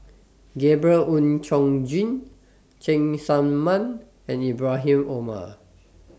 Gabriel Oon Chong Jin Cheng Tsang Man and Ibrahim Omar